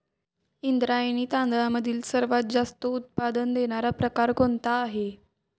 इंद्रायणी तांदळामधील सर्वात जास्त उत्पादन देणारा प्रकार कोणता आहे?